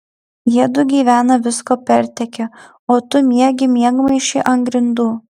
jiedu gyvena visko pertekę o tu miegi miegmaišy ant grindų